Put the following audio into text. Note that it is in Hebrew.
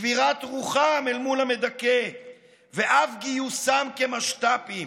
שבירת רוחם אל מול המדכא ואף גיוסם כמשת"פים.